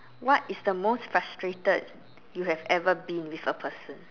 what is the most frustrated you have ever been with a person